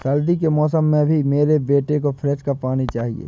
सर्दी के मौसम में भी मेरे बेटे को फ्रिज का पानी चाहिए